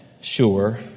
sure